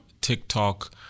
TikTok